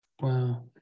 Wow